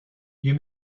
you